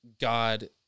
God